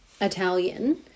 Italian